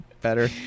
Better